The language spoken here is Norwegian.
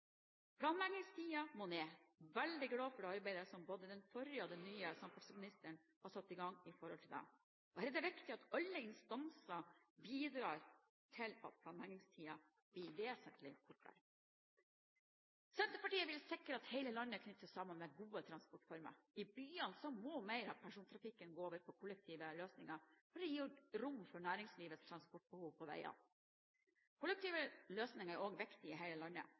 Planleggingstiden må ned. Jeg er veldig glad for det arbeidet som både den forrige og den nye samferdselsministeren her har satt i gang. Her er det viktig at alle instanser bidrar til at planleggingstiden blir vesentlig kortere. Senterpartiet vil sikre at hele landet knyttes sammen med gode transportformer. I byene må mer av persontrafikken gå over på kollektive løsninger for å gi rom for næringslivets transportbehov på veiene. Kollektive løsninger er viktig i hele landet.